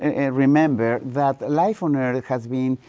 and remember that life on earth has been,